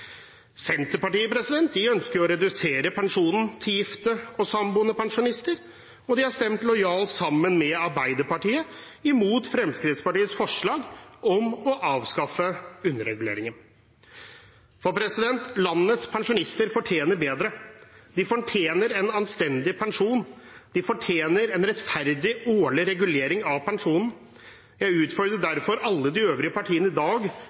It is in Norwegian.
Senterpartiet ønsker å redusere pensjonen til gifte og samboende pensjonister, og de har stemt lojalt sammen med Arbeiderpartiet imot Fremskrittspartiets forslag om å avskaffe underreguleringen. Landets pensjonister fortjener bedre. De fortjener en anstendig pensjon. De fortjener en rettferdig årlig regulering av pensjonen. Jeg utfordrer derfor alle de øvrige partiene i dag